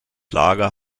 lager